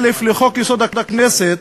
7א לחוק-יסוד: הכנסת,